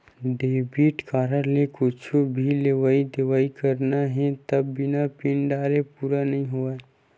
debit card ले कुछु भी लेवइ देवइ करना हे त बिना पिन डारे पूरा नइ होवय